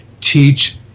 teach